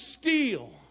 steal